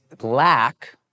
lack